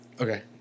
okay